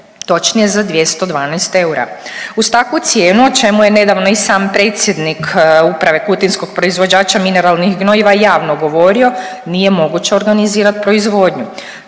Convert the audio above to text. točnije za 212 eura. Uz takvu cijenu o čemu je nedavno i sam predsjednik uprave kutinskog proizvođača mineralnih gnojiva javno govorio nije moguće organizirati proizvodnju.